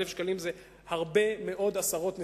1,000 שקלים זה הרבה מאוד עשרות נסיעות,